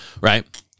right